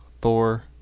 Thor